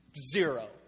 Zero